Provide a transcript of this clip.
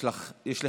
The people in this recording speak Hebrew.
אדוני היושב-ראש,